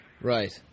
Right